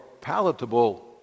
palatable